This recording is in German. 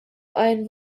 ein